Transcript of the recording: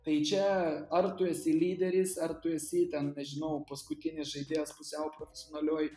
tai čia ar tu esi lyderis ar tu esi ten nežinau paskutinis žaidėjas pusiau profesionalioj